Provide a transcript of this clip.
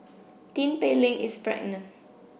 Tin Pei Ling is pregnant